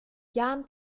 jahn